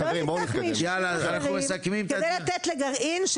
לא ניקח מיישובים כדי לתת לגרעין,